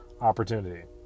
opportunity